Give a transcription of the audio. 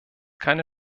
keine